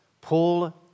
Paul